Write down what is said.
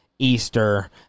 Easter